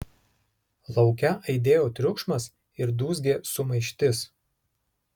lauke aidėjo triukšmas ir dūzgė sumaištis